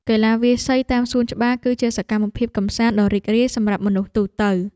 កីឡាវាយសីតាមសួនច្បារ គឺជាសកម្មភាពកម្សាន្តដ៏រីករាយសម្រាប់មនុស្សទូទៅ។